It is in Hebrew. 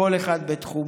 כל אחד בתחומו,